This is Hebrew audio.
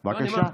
בבקשה.